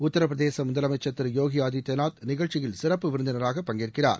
உத்தரபிரதேசம் முதலமைச்சர் திரு போகி ஆதித்யநாத் நிகழ்ச்சியில் சிறப்பு விருந்தினராக பங்கேற்கிறார்